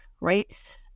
right